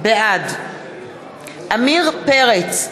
בעד עמיר פרץ,